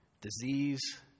disease